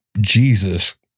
Jesus